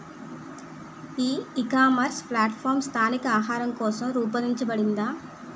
ఈ ecommerce platform స్థానిక ఆహారం కోసం రూపొందించబడిందా?